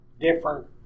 different